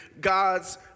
God's